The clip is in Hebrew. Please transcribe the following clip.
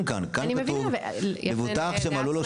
כאן --- אני מבינה --- כאן כתוב מבוטח שמלאו לו